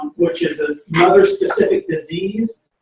which is ah another specific disease.